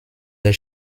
der